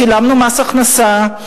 שילמנו מס הכנסה,